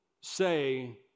say